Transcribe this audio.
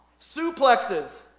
suplexes